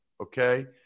okay